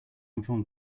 inform